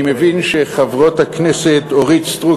אני מבין שחברות הכנסת אורית סטרוק